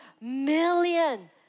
million